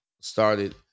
started